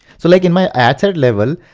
so like in my ad set level,